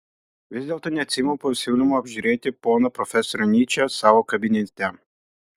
vis dėlto neatsiimu pasiūlymo apžiūrėti poną profesorių nyčę savo kabinete